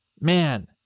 man